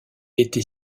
était